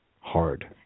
Hard